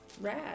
rad